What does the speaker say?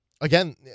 again